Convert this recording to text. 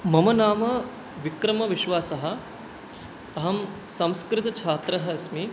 मम नाम विक्रमविश्वासः अहं संस्कृतच्छात्रः अस्मि